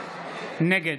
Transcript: נגד